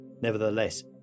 Nevertheless